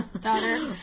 daughter